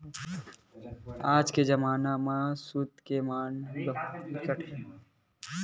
आज के जमाना म सूत के मांग बिकट हे